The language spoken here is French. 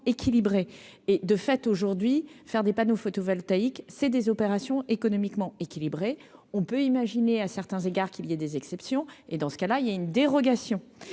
équilibré et, de fait, aujourd'hui, faire des panneaux photovoltaïques, c'est des opérations économiquement équilibrée, on peut imaginer à certains égards, qu'il y a des exceptions, et dans ce cas-là, il y a une dérogation.